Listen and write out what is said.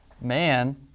man